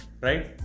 right